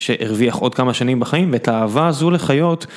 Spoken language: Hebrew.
שהרוויח עוד כמה שנים בחיים ואת האהבה הזו לחיות.